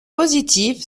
positive